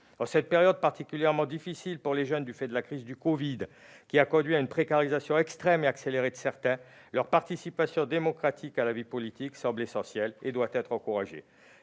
En cette période particulièrement difficile pour les jeunes du fait de la crise du covid, qui a conduit à une précarisation extrême et accélérée de certains, leur participation démocratique à la vie politique semble essentielle et doit être encouragée.